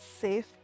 safe